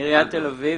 אני מעיריית תל-אביב.